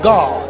God